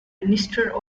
minister